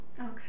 Okay